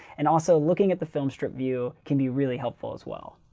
and also looking at the filmstrip view can be really helpful as well.